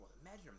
Imagine